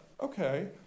Okay